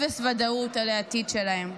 אפס ודאות על העתיד שלהם.